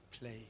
play